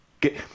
get